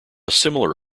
similar